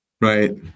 Right